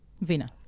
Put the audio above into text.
vina